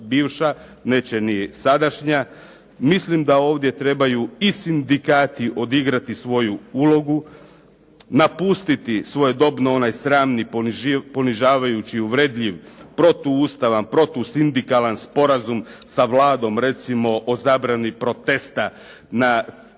neće ni sadašnja. Mislim da ovdje trebaju i sindikati odigrati svoju ulogu, napustiti svojedobno onaj sramni ponižavajući, uvredljiv, protuustavan, protusindikalan sporazum sa Vladom recimo o zabrani protesta na trgu